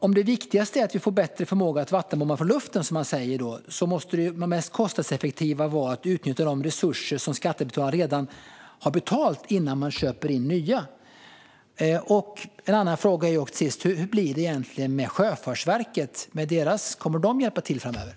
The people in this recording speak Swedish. Om det viktigaste är att vi får bättre förmåga att vattenbomba från luften, som det står i rapporten, måste det mest kostnadseffektiva vara att utnyttja de resurser som skattebetalarna redan har betalat innan man köper in nya. En annan fråga är, till sist: Hur blir det egentligen med Sjöfartsverket - kommer de att hjälpa till framöver?